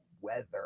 weather